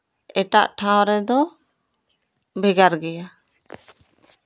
ᱮᱴᱟᱜ ᱴᱷᱟᱶ ᱨᱮᱫᱚ ᱵᱷᱮᱜᱟᱨ ᱜᱮᱭᱟ